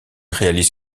réalise